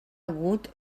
hagut